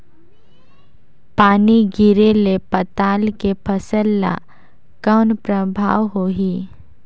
पानी गिरे ले पताल के फसल ल कौन प्रभाव होही?